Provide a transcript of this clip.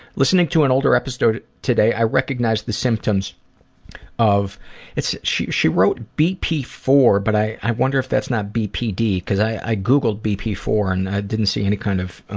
listening to an older episode today, i recognized the symptoms of she she wrote b p four, but i wonder if that's not bpd because i googled b p four, and i didn't see any kind of